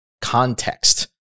context